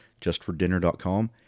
JustForDinner.com